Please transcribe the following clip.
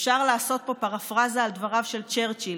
אפשר לעשות פה פרפראזה על דבריו של צ'רצ'יל